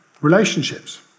Relationships